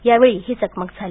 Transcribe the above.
त्यावेळी ही चकमक झाली